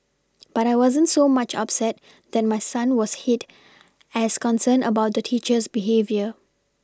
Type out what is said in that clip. but I wasn't so much upset that my son was hit as concerned about the teacher's behaviour